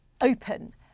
open